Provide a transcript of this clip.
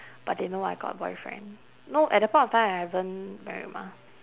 but they know I got boyfriend no at that of point in time I haven't married mah